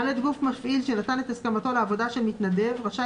גוף מפעיל שנתן את הסכמתו לעבודה של מתנדב רשאי